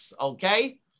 Okay